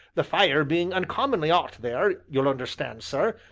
the fire being uncommonly ot there, you'll understand, sir,